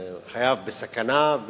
חייו בסכנה,